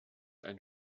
ein